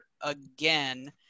again